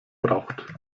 braucht